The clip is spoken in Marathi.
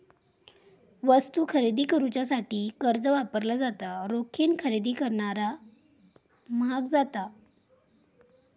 वस्तू खरेदी करुच्यासाठी कर्ज वापरला जाता, रोखीन खरेदी करणा म्हाग जाता